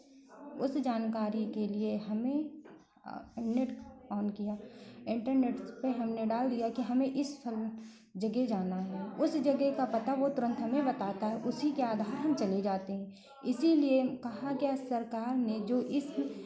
उस जानकारी के लिए हमनें नेट ऑन किया इंटरनेट पे हमने डाल दिया कि हमें इस जगह जाना है उस जगह का पता वो तुरंत हमें बताता है उसी के आधार हम चले जाते हैं इसीलिए कहा गया सरकार ने जो इस